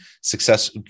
success